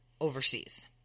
overseas